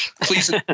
Please